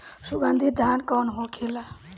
सुगन्धित धान कौन होखेला?